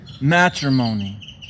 matrimony